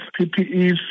PPEs